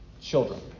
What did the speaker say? Children